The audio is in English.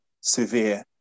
severe